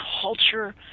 culture